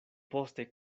poste